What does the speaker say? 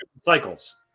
cycles